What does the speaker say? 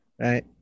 Right